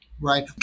Right